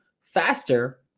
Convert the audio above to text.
faster